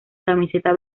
camiseta